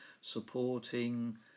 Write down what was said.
supporting